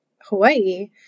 Hawaii